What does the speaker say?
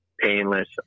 painless